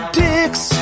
dicks